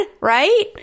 right